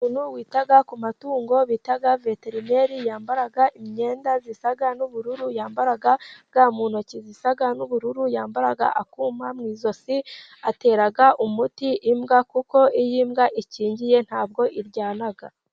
Umuntu wita ku matungo bita veterineri, yambara imyenda isa n'ubururu, yambara ga mu ntoki zisa n'ubururu, yambara akuma mu ijosi, atera umuti imbwa, kuko iyo mbwa ikingiye ntabwo iryana.